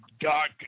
God